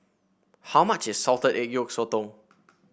how much is Salted Egg Yolk Sotong